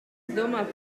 domā